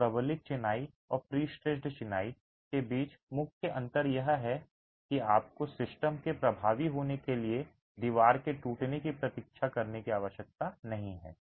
तो प्रबलित चिनाई और प्रीस्ट्रैस्सड चिनाई के बीच मुख्य अंतर यह है कि यहां आपको सिस्टम के प्रभावी होने के लिए दीवार के टूटने की प्रतीक्षा करने की आवश्यकता नहीं है